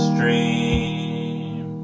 dream